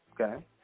okay